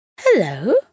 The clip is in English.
Hello